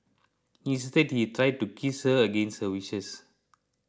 instead he tried to kiss her against her wishes